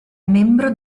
membro